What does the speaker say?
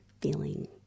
feeling